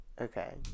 Okay